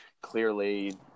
clearly